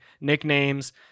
nicknames